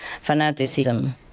fanaticism